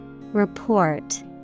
Report